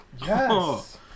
Yes